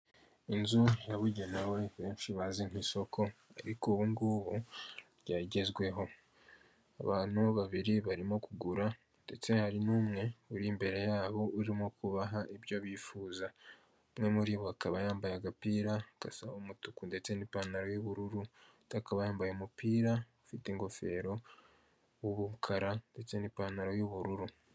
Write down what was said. Inzu yabugenewe benshi bazi n' isoko ariko ubungubu ryagezweho, abantu babiri barimo kugura ndetse hari n'umwe uri imbere yabo urimo kubaha ibyo bifuza, umwe muri bo akaba yambaye agapira gasa umutuku ndetse n'ipantaro y'ubururu, undi akaba yambaye umupira ufite ingofero y'umukara ndetse n'ipantaro y'ubururu.